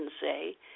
say